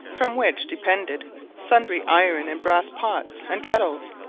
from which depended sundry iron and brass pots and kettles,